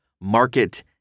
market